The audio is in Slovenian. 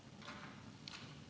Hvala.